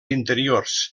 interiors